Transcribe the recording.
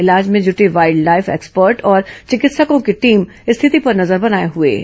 इलाज में जुटी वाइल्ड लाईफ एक्सपर्ट और चिकित्सकों की टीम स्थिति पर नजर बनाए हुए हैं